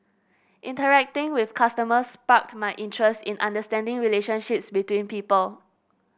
interacting with customers sparked my interest in understanding relationships between people